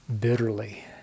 bitterly